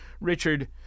Richard